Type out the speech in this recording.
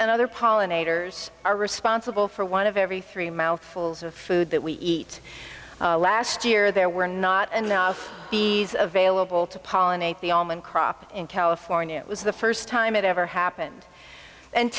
and other pollinators are responsible for one of every three mouthfuls of food that we eat last year there were not and be available to pollinate the allman crop in california it was the first time it ever happened and